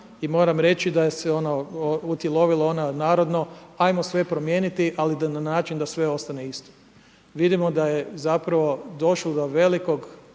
i moram reći da se ono utjelovilo, ona narodno, ajmo sve promijeniti, ali na način da sve ostane isto. Vidimo da je zapravo došlo do velikog